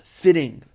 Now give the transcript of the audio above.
fitting